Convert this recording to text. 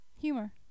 Humor